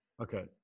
Okay